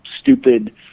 stupid